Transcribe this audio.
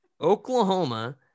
Oklahoma